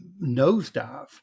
nosedive